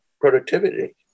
productivity